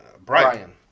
Brian